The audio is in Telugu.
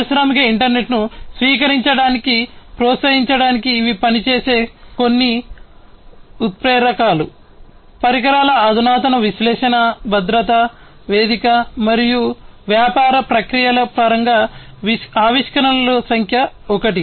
పారిశ్రామిక ఇంటర్నెట్ను స్వీకరించడాన్ని ప్రోత్సహించడానికి ఇవి పనిచేసే కొన్ని ఉత్ప్రేరకాలు పరికరాల అధునాతన విశ్లేషణల భద్రతా వేదిక మరియు వ్యాపార ప్రక్రియల పరంగా ఆవిష్కరణలు సంఖ్య 1